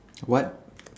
what